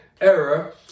error